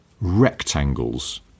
rectangles